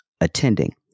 attending